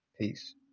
peace